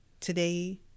today